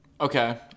Okay